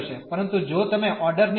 પરંતુ જો તમે ઓર્ડર ની બદલી કરો